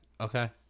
Okay